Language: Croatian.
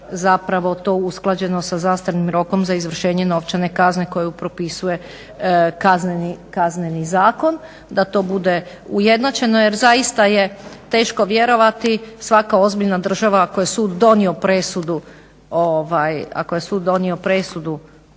zapravo to usklađeno sa zastarnim rokom za izvršenje novčane kazne koju propisuje KZ, da to bude ujednačeno. Jer zaista je teško vjerovati, svaka ozbiljna država ako je sud donio presudu